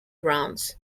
rounds